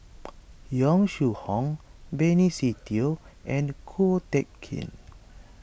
Yong Shu Hoong Benny Se Teo and Ko Teck Kin